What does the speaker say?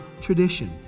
tradition